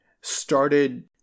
started